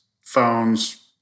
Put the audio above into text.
phones